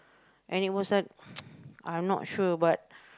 and it was a I'm not sure but